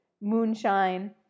moonshine